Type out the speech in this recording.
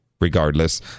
regardless